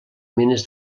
mines